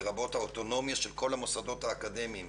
לרבות האוטונומיה של כל המוסדות האקדמיים,